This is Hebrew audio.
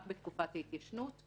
רק בתקופת ההתיישנות,